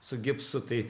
su gipsu tai